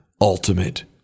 ultimate